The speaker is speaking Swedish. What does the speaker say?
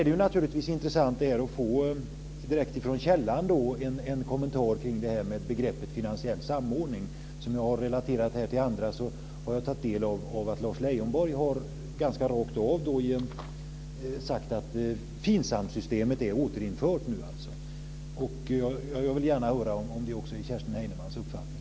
Det är naturligtvis intressant att direkt från källan få en kommentar till begreppet finansiell samordning. Som jag har relaterat för andra har jag tagit del av att Lars Leijonborg ganska rakt av har sagt att FINSAM systemet är återinfört. Jag vill gärna höra om det också är Kerstin Heinemanns uppfattning.